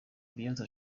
beyonce